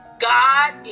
God